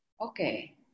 Okay